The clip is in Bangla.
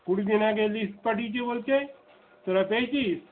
কুড়ি দিন আগে লিস্ট পাঠিয়েছে বলছে তোরা পেয়েছিস